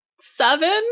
Seven